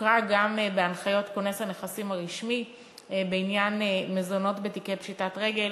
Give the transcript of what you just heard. הוכר גם בהנחיות כונס הנכסים הרשמי בעניין מזונות בתיקי פשיטת רגל